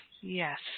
yes